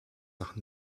nach